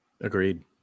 Agreed